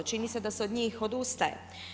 Čini se da se od njih odustaje.